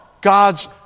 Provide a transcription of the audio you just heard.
God's